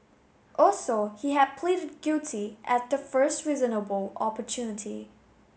also he had pleaded guilty at the first reasonable opportunity